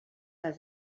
les